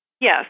Yes